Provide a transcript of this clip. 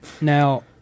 now